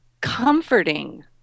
comforting